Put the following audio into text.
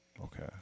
Okay